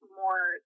more